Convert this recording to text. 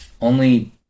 Only-